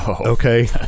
Okay